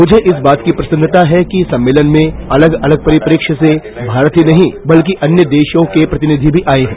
मुझे इस बात की प्रसन्नता है कि सम्मेलन में अलग अलग परिप्रेक्ष्य से भारत ही नहीं न बल्कि अन्य देशों के प्रतिनिधि भी आए हैं